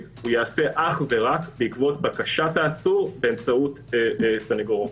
ייעשה אך ורק בעקבות בקשת העצור באמצעות סנגור.